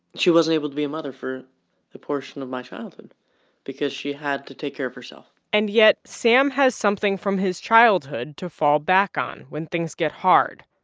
she wasn't able to be a mother for a portion of my childhood because she had to take care of herself and yet, sam has something from his childhood to fall back on when things get hard,